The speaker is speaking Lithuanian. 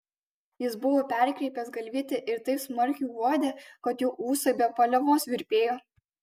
jis buvo perkreipęs galvytę ir taip smarkiai uodė kad jo ūsai be paliovos virpėjo